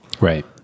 Right